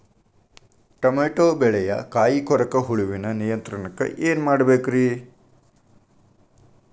Tomato ಬೆಳೆಯ ಕಾಯಿ ಕೊರಕ ಹುಳುವಿನ ನಿಯಂತ್ರಣಕ್ಕ ಏನ್ ಮಾಡಬೇಕ್ರಿ?